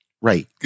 Right